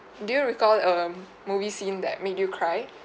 do you recall a movie scene that made you cry